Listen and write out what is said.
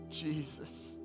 Jesus